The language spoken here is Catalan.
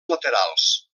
laterals